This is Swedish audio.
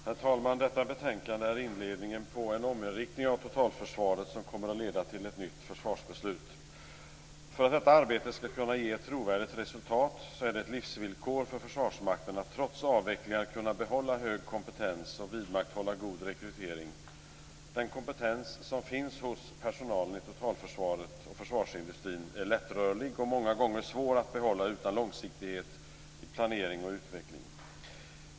Herr talman! Detta betänkande är inledningen på en ominriktning av totalförsvaret som kommer att leda till ett nytt försvarsbeslut. För att detta arbete skall kunna ge ett trovärdigt resultat är det ett livsvillkor för Försvarsmakten att trots avvecklingar kunna behålla hög kompetens och vidmakthålla god rekrytering. Den kompetens som finns hos personalen i totalförsvaret och försvarsindustrin är lättrörlig och många gånger svår att behålla utan långsiktighet i planering och utveckling.